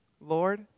Lord